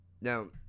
Now